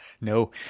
No